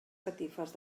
catifes